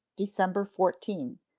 december fourteen,